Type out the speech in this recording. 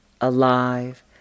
alive